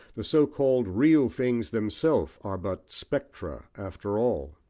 the so-called real things themselves are but spectra after all.